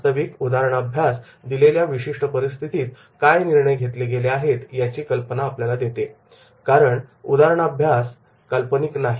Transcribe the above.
वास्तविक case study दिलेल्या विशिष्ठ परिस्थितीत काय निर्णय घेतले गेले आहेत याची कल्पना देते कारण केस स्टडी काल्पनिक नाही